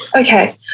Okay